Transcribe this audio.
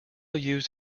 used